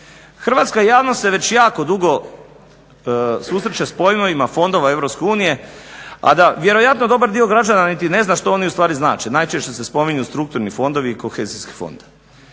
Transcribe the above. Hrvatska javnost se već jako dugo susreće s pojmovima fondova Europske unije, a da vjerojatno dobar dio građana niti ne zna što oni ustvari znače. Najčešće se spominju strukturni fondovi i kohezijski fond.